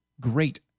great